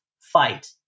fight